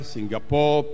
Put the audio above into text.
Singapore